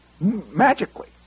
magically